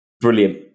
brilliant